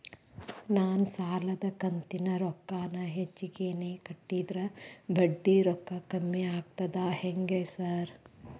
ನಾನ್ ಸಾಲದ ಕಂತಿನ ರೊಕ್ಕಾನ ಹೆಚ್ಚಿಗೆನೇ ಕಟ್ಟಿದ್ರ ಬಡ್ಡಿ ರೊಕ್ಕಾ ಕಮ್ಮಿ ಆಗ್ತದಾ ಹೆಂಗ್ ಸಾರ್?